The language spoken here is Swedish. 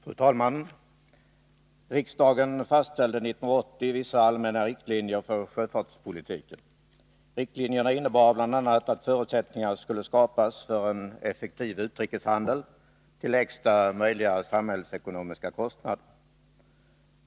Fru talman! Riksdagen fastställde 1980 vissa allmänna riktlinjer för sjöfartspolitiken. Dessa riktlinjer innebar bl.a. att förutsättningar skulle skapas för en effektiv utrikeshandel till lägsta möjliga samhällsekonomiska kostnad.